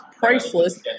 priceless